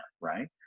right